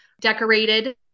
decorated